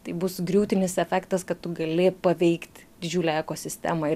tai bus griūtinis efektas kad tu gali paveikt didžiulę ekosistemą